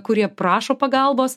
kurie prašo pagalbos